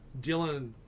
Dylan